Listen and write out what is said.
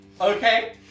Okay